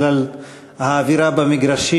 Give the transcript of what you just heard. בגלל האווירה במגרשים,